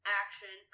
action